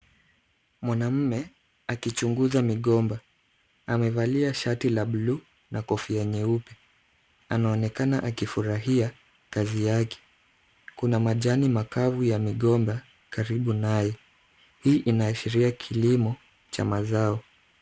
Mwanamume akichunguza migomba. Amevalia shati la blue na kofia nyeupe. Anaonekana akifurahia kazi yake. Kuna majani makavu ya migomba karibu naye. Hii inaashiria kilimo cha mazao.